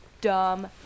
dumb